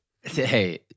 hey